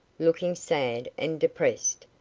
looking sad and depressed,